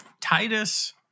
Titus